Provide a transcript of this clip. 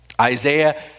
Isaiah